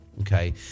okay